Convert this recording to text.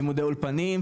לימודי אולפנים,